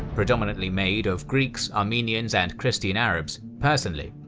predominantly made of greeks, armenians and christian arabs, personally.